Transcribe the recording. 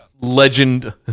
Legend